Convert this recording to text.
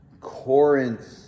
Corinth